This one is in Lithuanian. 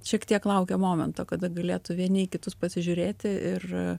šiek tiek laukia momento kada galėtų vieni kitus pasižiūrėti ir